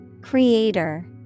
Creator